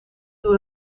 door